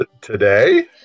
today